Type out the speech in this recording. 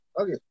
okay